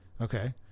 Okay